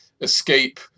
escape